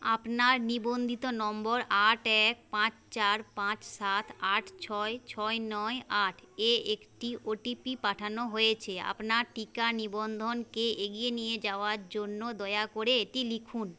আপনার নিবন্ধিত নম্বর আট এক পাঁচ চার পাঁচ সাত আট ছয় ছয় নয় আটে একটি ওটিপি পাঠানো হয়েছে আপনার টিকা নিবন্ধনকে এগিয়ে নিয়ে যাওয়ার জন্য দয়া করে এটি লিখুন